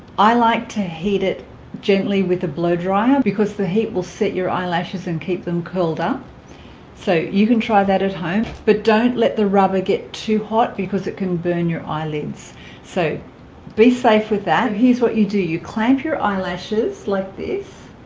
i like to heat it gently with a blow dryer because the heat will set your eyelashes and keep them curled up so you can try that at home but don't let the rubber get too hot because it can burn your eyelids so be safe with that and here's what you do you clamp your eyelashes like this